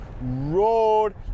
road